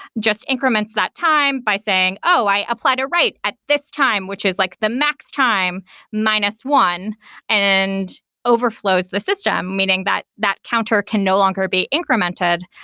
just increments that time by saying, oh! i applied a write at this time, which is like the max time minus one and overflows the system, meaning that that counter can no longer be incremented.